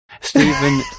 Stephen